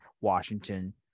Washington –